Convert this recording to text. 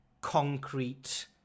concrete